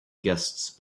guests